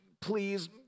please